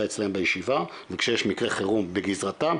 אצלם בישיבה וכשיש מקרה חירום בגזרתם,